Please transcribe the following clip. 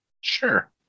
sure